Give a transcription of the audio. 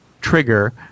trigger